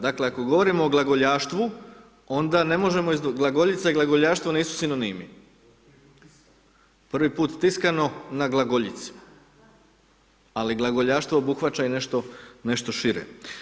Dakle, ako govorimo o glagoljaštvu onda ne možemo, glagoljica i glagoljaštvo nisu sinonimi, prvi put tiskano na glagoljici, ali glagoljaštvo obuhvaća i nešto, nešto šire.